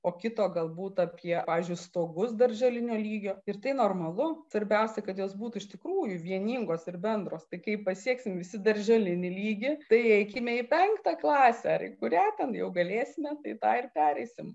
o kito galbūt apie pavyzdžiui stogus darželinio lygio ir tai normalu svarbiausia kad jos būtų iš tikrųjų vieningos ir bendros tai kai pasieksim visi darželinį lygį tai eikime į penktą klasę ar į kurią ten jau galėsime tai tą ir pereisim